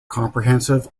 comprehensive